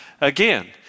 again